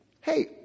hey